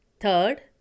third